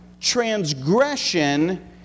transgression